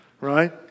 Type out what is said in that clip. right